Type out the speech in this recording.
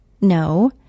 No